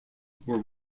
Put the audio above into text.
were